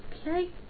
okay